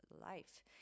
life